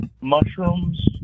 Mushrooms